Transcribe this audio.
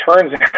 turns